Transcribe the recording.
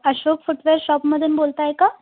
Ashok footwear शॉपमधून बोलत आहे का